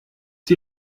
die